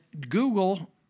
google